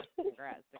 Congrats